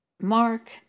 Mark